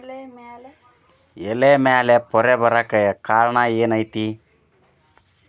ಎಲೆ ಮ್ಯಾಲ್ ಪೊರೆ ಬರಾಕ್ ಕಾರಣ ಏನು ಐತಿ?